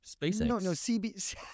SpaceX